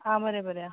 हां बरें बरें